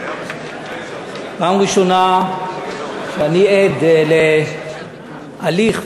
פעם ראשונה שאני עד להליך,